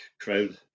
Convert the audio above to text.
crowd